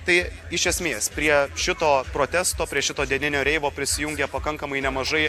tai iš esmės prie šito protesto prie šito dieninio reivo prisijungė pakankamai nemažai